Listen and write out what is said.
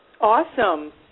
Awesome